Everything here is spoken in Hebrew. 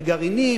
בגרעינים,